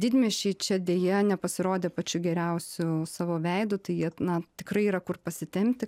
didmiesčiai čia deja nepasirodė pačiu geriausiu savo veidu tai jie na tikrai yra kur pasitempti